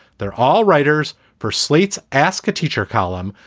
they're all writers for slate. ask a teacher column.